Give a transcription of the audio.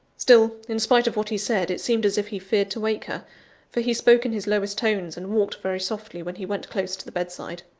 still, in spite of what he said, it seemed as if he feared to wake her for he spoke in his lowest tones, and walked very softly when he went close to the bedside.